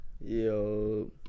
Yo